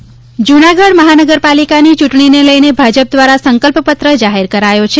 જૂનાગઢ ચૂંટણી જૂનાગઢ મહાનગરપાલિકાની ચૂંટણીને લઈને ભાજપ દ્વારા સંકલ્પ પત્ર જાહેર કરાયો છે